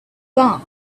bar